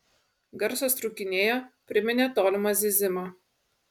garsas trūkinėjo priminė tolimą zyzimą